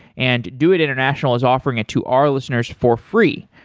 and doit iternational is offering it to our listeners for free.